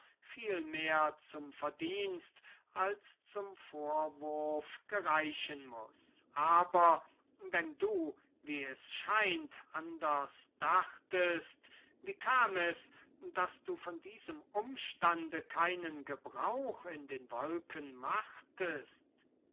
vielmehr zum verdienst als zum vorwurf gereichen muß aber wenn du wie es scheint anders dachtest wie kam es daß du von diesem umstande keinen gebrauch in den wolken machtest